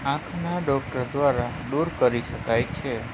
આંખના ડૉક્ટર દ્વારા દૂર કરી શકાય છે